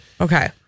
Okay